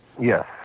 Yes